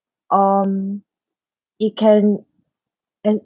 um it can and